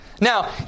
Now